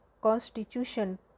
constitution